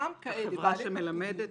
החברה שמלמדת